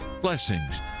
blessings